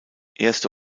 erste